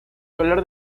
color